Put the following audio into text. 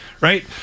Right